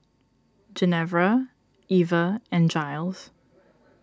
Genevra Eva and Jiles